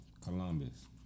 Columbus